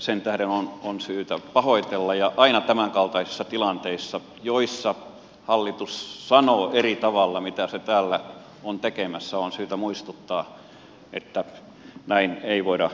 sen tähden on syytä pahoitella ja aina tämänkaltaisissa tilanteissa joissa hallitus sanoo eri tavalla kuin mitä se täällä on tekemässä on syytä muistuttaa että näin ei voida menetellä